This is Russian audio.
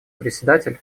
председатель